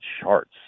charts